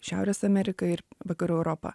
šiaurės amerika ir vakarų europa